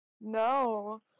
No